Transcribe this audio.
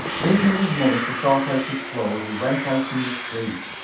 leaving his mother to sort out his clothes, he went out in the street.